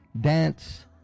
dance